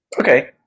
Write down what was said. Okay